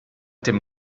dem